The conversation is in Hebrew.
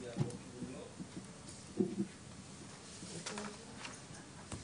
הכוללות ולאחר מכן זה מחושב ויורד לכל מפעל בהתאם לסכום.